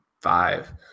five